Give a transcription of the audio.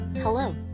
Hello